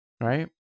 right